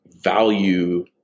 value